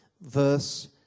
verse